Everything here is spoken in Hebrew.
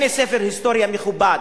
הנה ספר היסטוריה מכובד,